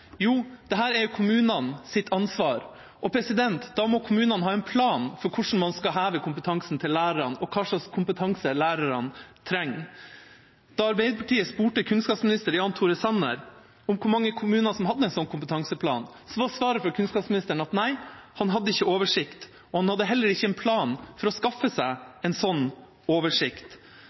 Jo, dette er kommunenes ansvar, og da må kommunene ha en plan for hvordan man skal heve lærernes kompetanse, og hvilken kompetanse lærerne trenger. Da Arbeiderpartiet spurte kunnskapsminister Jan Tore Sanner om hvor mange kommuner som hadde en kompetanseplan, var svaret at han ikke hadde oversikt. Han hadde heller ikke en plan for å skaffe seg en sånn oversikt.